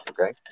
Okay